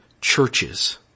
churches